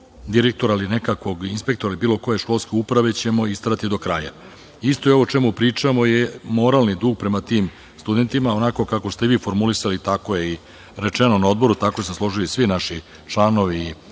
direktora ili nekog inspektora ili bilo koje školske uprave ćemo isterati do kraja. Isto ovo o čemu pričamo je moralni duh prema tim studentima onako kao ste vi formulisali, tako je i rečeno na Odboru, tako su se složili svi naši članovi,